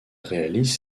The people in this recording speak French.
réalise